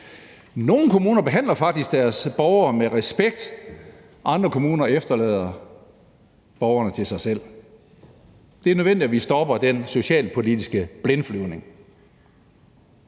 Nogle kommuner behandler faktisk deres borgere med respekt, andre kommuner efterlader borgerne til sig selv. Det er nødvendigt, at vi stopper den socialpolitiske blindflyvning.